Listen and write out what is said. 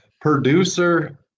producer